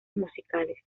musicales